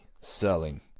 selling